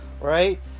right